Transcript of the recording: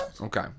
Okay